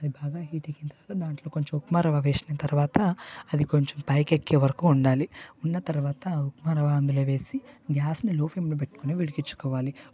అది బాగా హీట్ ఎక్కిన తర్వాత దాంట్లో కొంచెం ఉప్మా రవ్వ వేసిన తర్వాత అది కొంచెం పైకి ఎక్కే వరకు ఉండాలి ఉన్న తర్వాత మనం అందులో వేసి గ్యాస్ని లో ఫ్లేమ్లో పెట్టుకొని ఉడికించుకోవాలి